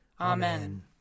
Amen